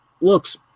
looks